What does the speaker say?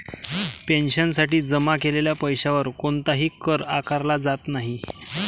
पेन्शनसाठी जमा केलेल्या पैशावर कोणताही कर आकारला जात नाही